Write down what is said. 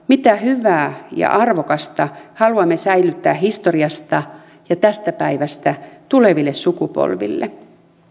mitä hyvää ja arvokasta toisaalta haluamme säilyttää historiasta ja tästä päivästä tuleville sukupolville